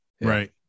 right